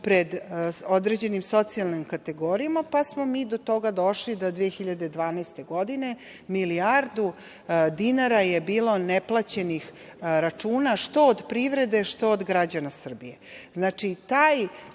pred određenim socijalnim kategorijama, pa smo mi do toga došli da 2012. godine, milijardu dinara je bilo neplaćenih računa, što od privrede što od građana Srbije. Znači